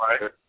right